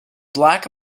black